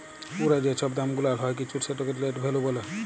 পুরা যে ছব দাম গুলাল হ্যয় কিছুর সেটকে লেট ভ্যালু ব্যলে